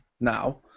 now